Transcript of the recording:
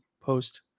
post